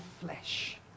flesh